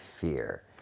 fear